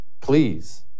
Please